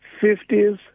fifties